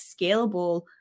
scalable